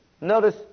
Notice